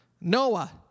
Noah